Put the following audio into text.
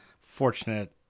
fortunate